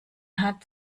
hat